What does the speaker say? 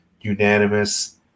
unanimous